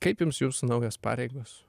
kaip jums jūsų naujos pareigos